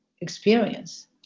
experience